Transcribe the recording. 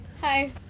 Hi